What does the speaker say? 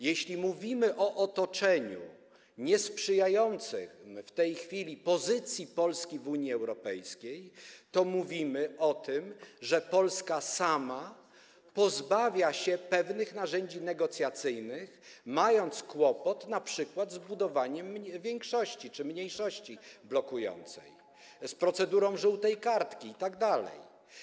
Jeśli mówimy o otoczeniu niesprzyjającym w tej chwili pozycji Polski w Unii Europejskiej, to mówimy o tym, że Polska sama pozbawia się pewnych narzędzi negocjacyjnych, mając kłopot np. z budowaniem większości czy mniejszości blokującej, z procedurą żółtej kartki itd.